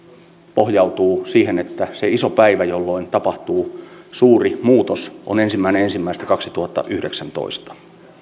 pohjautuu siihen että se iso päivä jolloin tapahtuu suuri muutos on ensimmäinen ensimmäistä kaksituhattayhdeksäntoista